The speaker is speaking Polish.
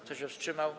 Kto się wstrzymał?